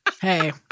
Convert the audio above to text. Hey